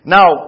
Now